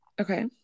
Okay